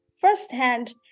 firsthand